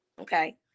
Okay